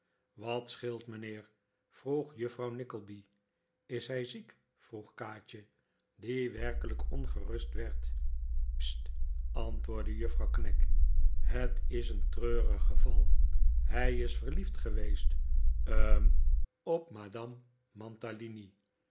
wat scheelt mijnheer vroeg juffrouw nickleby is hij ziek vroeg kaatje die werkelijk ongerust werd sst antwoordde juffrouw knag het is een treurig geval hij is verliefd geweest hm op madame